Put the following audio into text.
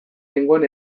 nengoen